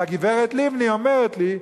והגברת לבני אומרת לי,